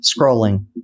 scrolling